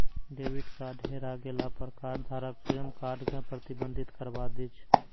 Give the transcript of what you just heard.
debit card हेरा गेला पर कार्डधारक स्वयं कार्ड कें प्रतिबंधित करबा दै छै